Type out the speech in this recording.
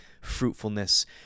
fruitfulness